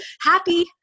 happy